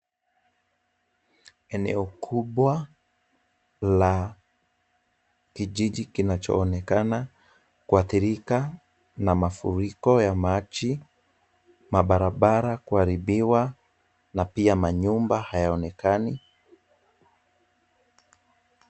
Eneo kubwa la kijiji kinachoonekana kuathirika na mafuriko ya maji. Barabara kuharibiwa na pia manyumba hayaonekani.